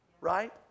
right